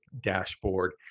dashboard